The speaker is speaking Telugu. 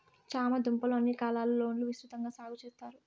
చామ దుంపలు అన్ని కాలాల లోనూ విసృతంగా సాగు చెత్తారు